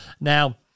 Now